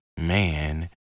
man